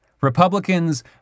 Republicans